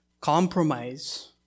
Compromise